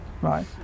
right